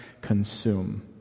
Consume